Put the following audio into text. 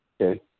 Okay